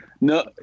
no